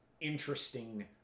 interesting